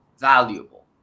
valuable